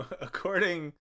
according